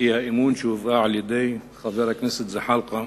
האי-אמון שהובאה על-ידי חבר הכנסת זחאלקה,